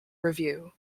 review